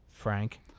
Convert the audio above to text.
frank